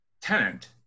Tenant